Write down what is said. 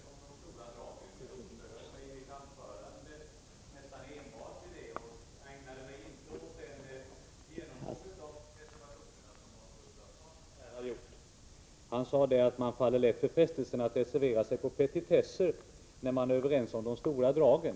Herr talman! Till Lars Gustafsson vill jag säga att vi visst är överens om de stora dragen. Jag uppehöll mig i mitt anförande nästan enbart vid dem och ägnade mig inte åt den genomgång av reservationerna som Lars Gustafsson här har gjort. Han sade att man lätt faller för frestelsen att reservera sig mot petitesser när man är överens om de stora dragen.